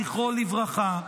זכרו לברכה,